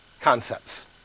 concepts